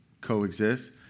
coexist